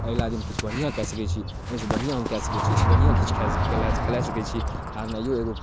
अगिला दिन किछु बढ़िआँ कऽ सकै छी एहिसँ बढ़िआँ हम कऽ सकै छी एहिसँ बढ़िआँ किछु खे खेला सकै छी हारनाइओ एगो